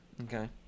Okay